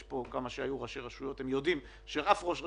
יש כאן כמה שהיו ראשי רשויות והם יודעים שאף ראש רשות,